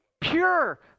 Pure